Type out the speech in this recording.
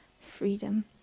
freedom